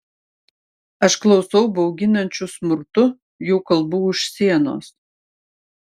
aš klausau bauginančių smurtu jų kalbų už sienos